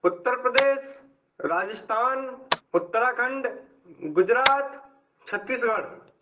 Uttar Pradesh Rajasthan Uttarakhand Gujarat Chhattisgarh